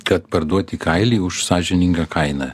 kad parduoti kailį už sąžiningą kainą